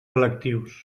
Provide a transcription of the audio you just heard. electius